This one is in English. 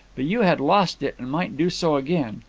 but you had lost it, and might do so again.